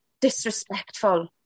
disrespectful